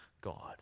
God